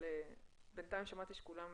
אבל בינתיים שמעתי שכולם